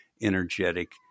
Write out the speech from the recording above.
energetic